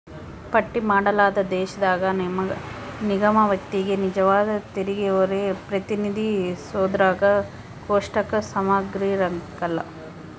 ಪಟ್ಟಿ ಮಾಡಲಾದ ದೇಶದಾಗ ನಿಗಮ ವ್ಯಕ್ತಿಗೆ ನಿಜವಾದ ತೆರಿಗೆಹೊರೆ ಪ್ರತಿನಿಧಿಸೋದ್ರಾಗ ಕೋಷ್ಟಕ ಸಮಗ್ರಿರಂಕಲ್ಲ